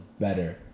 better